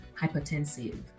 hypertensive